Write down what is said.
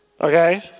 Okay